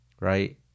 right